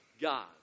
God